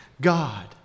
God